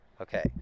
Okay